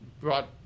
brought